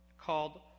called